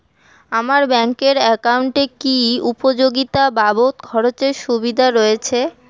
আমার ব্যাংক এর একাউন্টে কি উপযোগিতা বাবদ খরচের সুবিধা রয়েছে?